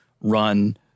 run